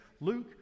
luke